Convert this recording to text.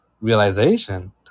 realization